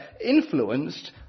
influenced